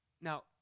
Now